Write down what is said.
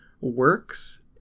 works